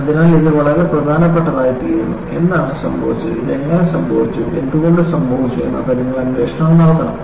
അതിനാൽ ഇത് വളരെ പ്രധാനപ്പെട്ടതായിത്തീരുന്നു എന്താണ് സംഭവിച്ചത് ഇത് എങ്ങനെ സംഭവിച്ചു എന്തുകൊണ്ട് സംഭവിച്ചു എന്നൊക്കെ നിങ്ങൾ അന്വേഷണം നടത്തണം